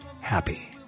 happy